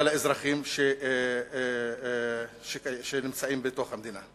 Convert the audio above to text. אלא לאזרחים שנמצאים בתוך המדינה.